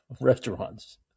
restaurants